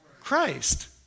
Christ